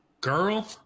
Girl